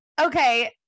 okay